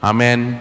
Amen